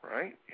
right